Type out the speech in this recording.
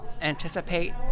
anticipate